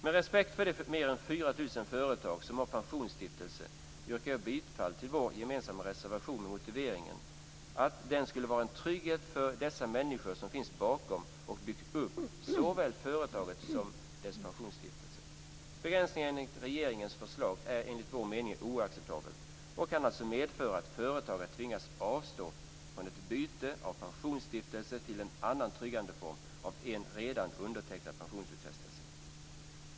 Med respekt för de mer än 4 000 företag som har pensionsstiftelse yrkar jag bifall till vår gemensamma reservation med motiveringen att den skulle vara en trygghet för dessa människor som finns bakom och byggt upp såväl företaget som dess pensionsstiftelse. Begränsningen i regeringens förslag är enligt vår mening oacceptabel och kan medföra att företagare tvingas avstå från ett byte från pensionsstiftelse till en annan tryggandeform för en redan undertecknad pensionsutfästelse.